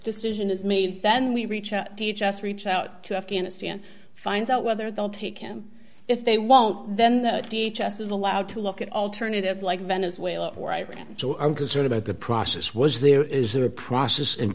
decision is made then we reach a teach us reach out to afghanistan find out whether they'll take him if they won't then teach us is allowed to look at alternatives like venezuela or iran joe i'm concerned about the process was there is there a process in